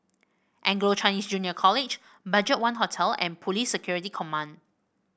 Anglo Chinese Junior College BudgetOne Hotel and Police Security Command